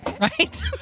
right